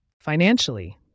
Financially